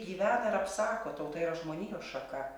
gyvena ir apsako tauta yra žmonijos šaka